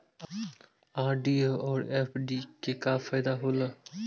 RD और FD के का फायदा हौला?